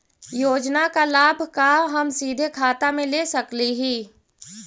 योजना का लाभ का हम सीधे खाता में ले सकली ही?